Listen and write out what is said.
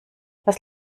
was